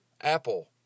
Apple